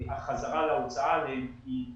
החזרה להוצאה עליהם היא קיימת.